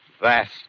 vast